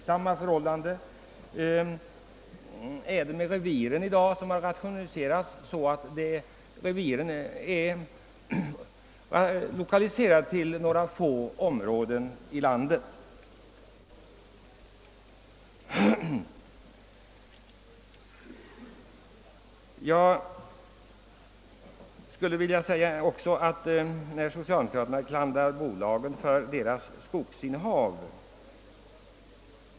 Detsamma är förhållandet med reviren som organisation, som har rationaliserats så, att de i dag är lokaliserade till några få områden i landet. Socialdemokraterna klandrar bolagen för deras skogsinnehav.